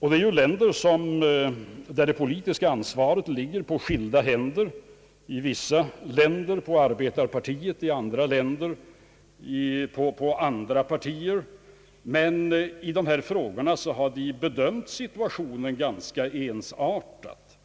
I dessa länder ligger det politiska ansvaret på skilda händer — i vissa fall hos arbetarpartier, i andra fall hos andra partier — men alla har bedömt situationen ganska ensartat.